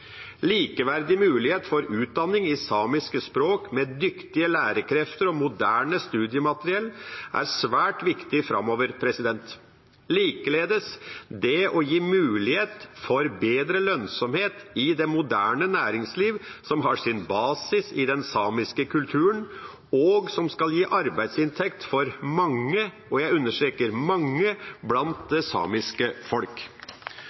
Likeverdig mulighet for utdanning i samiske språk, med dyktige lærekrefter og moderne studiemateriell, er svært viktig framover, likeledes å gi mulighet for bedre lønnsomhet i det moderne næringslivet som har sin basis i den samiske kulturen, og som skal gi arbeidsinntekt for mange – og jeg understreker mange – blant